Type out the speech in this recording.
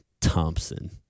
Thompson